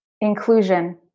inclusion